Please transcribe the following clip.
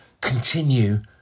continue